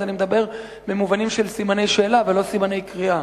אז אני מדבר במובנים של סימני שאלה ולא סימני קריאה.